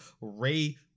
Ray